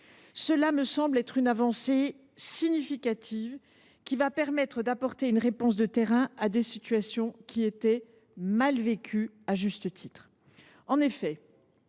me semble une avancée significative, qui permettra d’apporter une réponse de terrain à des situations qui étaient, à juste titre,